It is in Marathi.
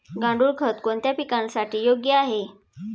गांडूळ खत कोणत्या पिकासाठी योग्य आहे?